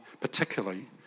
particularly